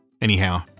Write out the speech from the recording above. Anyhow